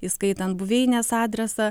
įskaitant buveinės adresą